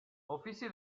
ofici